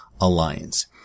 alliance